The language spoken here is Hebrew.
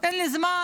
אין לי זמן,